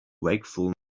wakefulness